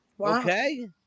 okay